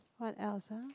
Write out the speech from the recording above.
what else ah